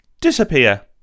disappear